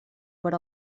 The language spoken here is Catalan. per